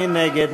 מי נגד?